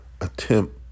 attempt